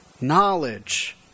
Knowledge